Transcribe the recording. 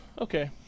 Okay